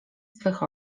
swych